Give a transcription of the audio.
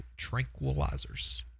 tranquilizers